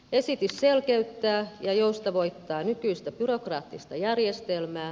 esitys selkeyttää ja joustavoittaa nykyistä byrokraattista järjestelmää